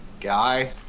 guy